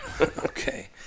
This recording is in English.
Okay